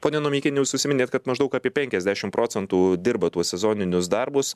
ponia nomeikiene jūs užsiminėt kad maždaug apie penkiasdešimt procentų dirba tuos sezoninius darbus